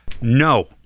No